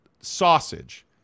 sausage